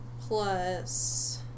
plus